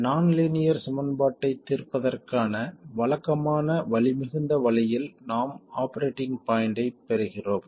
நான் லீனியர் சமன்பாட்டைத் தீர்ப்பதற்கான வழக்கமான வலிமிகுந்த வழியில் நாம் ஆபரேட்டிங் பாய்ண்ட்டைப் பெறுகிறோம்